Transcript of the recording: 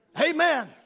Amen